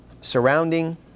surrounding